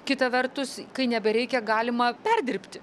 kita vertus kai nebereikia galima perdirbti